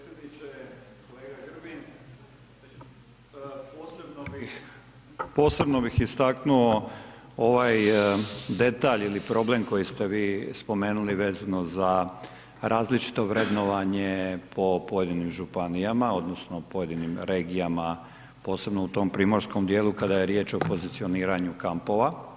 posebno bih istaknuo ovaj detalj ili problem koji ste vi spomenuli vezano za različito vrednovanje po pojedinim županijama odnosno pojedinim regijama posebno u tom Primorskom dijelu kada je riječ o pozicioniranju kampova.